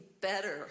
better